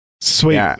Sweet